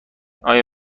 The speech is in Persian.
آیا